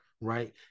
right